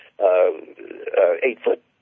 eight-foot